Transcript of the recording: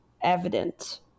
evident